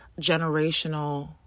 generational